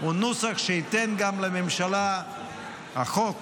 הוא נוסח שייתן גם לממשלה, החוק